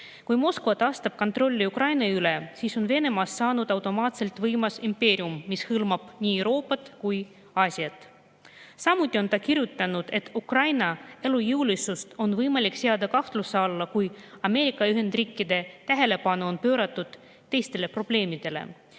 "Kui Moskva taastab kontrolli Ukraina üle, siis on Venemaast saanud automaatselt võimas impeerium, mis hõlmab nii Euroopat kui Aasiat." Samuti on ta kirjutanud, et Ukraina elujõulisus on võimalik seada kahtluse alla, kui Ameerika Ühendriikide tähelepanu on pööratud teistele probleemidele,